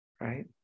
right